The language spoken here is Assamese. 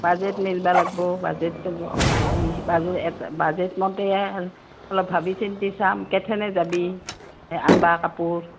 বাজেট মিলবা লাগব বাজেটটো বাজেট মতে অলপ ভাবি চিন্তি চাম কেথেনে যাবি আনবা কাপোৰ